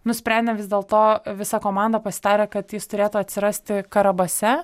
nusprendėm vis dėlto visa komanda pasitarę kad jis turėtų atsirasti karabase